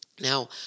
Now